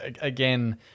again